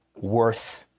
worth